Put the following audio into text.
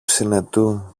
συνετού